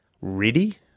ready